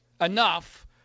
enough